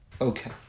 Okay